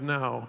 now